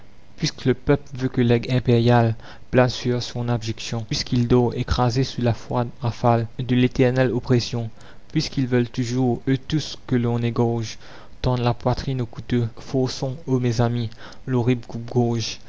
puisque le peuple veut que l'aigle impériale plane sur son abjection puisqu'il dort écrasé sous la froide rafale de l'éternelle oppression puisqu'ils veulent toujours eux tous que l'on égorge tendre la poitrine au couteau forçons ô mes amis l'horrible